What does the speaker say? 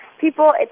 people